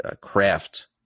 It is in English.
craft